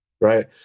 right